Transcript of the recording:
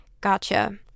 Gotcha